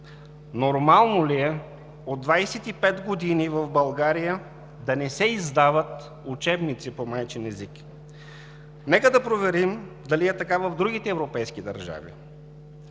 нормално ли е от 25 години в България да не се издават учебници по майчин език? Нека да проверим дали е така в другите европейски държави,